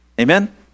Amen